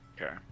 Okay